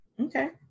Okay